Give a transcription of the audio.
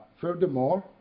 Furthermore